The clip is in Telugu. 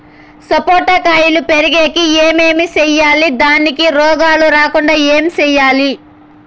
సపోట కాయలు పెరిగేకి ఏమి సేయాలి దానికి రోగాలు రాకుండా ఏమి సేయాలి?